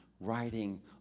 writing